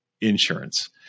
insurance